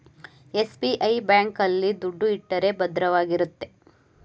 SBI bank ಆಲ್ಲಿ ದುಡ್ಡು ಇಟ್ಟರೆ ಭದ್ರವಾಗಿರುತ್ತೆ